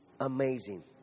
amazing